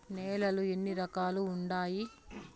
నేలలు ఎన్ని రకాలు వుండాయి?